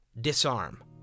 Disarm